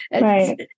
Right